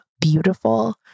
beautiful